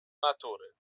natury